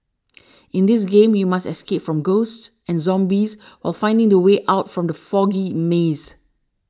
in this game you must escape from ghosts and zombies while finding the way out from the foggy maze